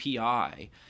API